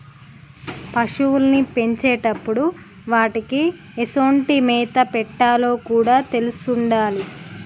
పశువుల్ని పెంచేటప్పుడు వాటికీ ఎసొంటి మేత పెట్టాలో కూడా తెలిసుండాలి